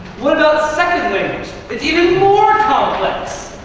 what about second language? it's even more complex.